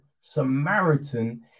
Samaritan